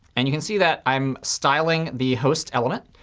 and you can see that i'm styling the host element.